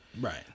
Right